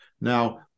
Now